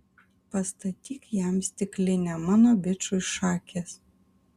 pastatyk jam stiklinę mano bičui šakės